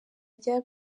rya